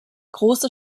große